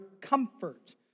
comfort